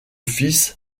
fils